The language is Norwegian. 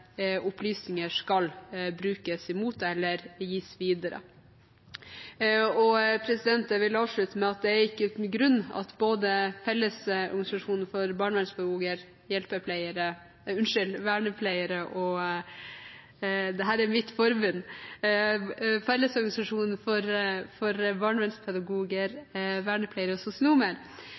opplysninger skal brukes imot deg eller gis videre. Jeg vil avslutte med at det ikke er uten grunn at både Fellesorganisasjonen for barnevernspedagoger, vernepleiere og sosionomer – dette er mitt forbund